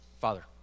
Father